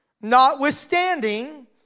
Notwithstanding